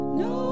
no